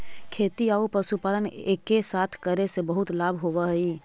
खेती आउ पशुपालन एके साथे करे से बहुत लाभ होब हई